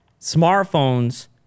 smartphones